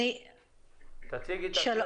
בבקשה.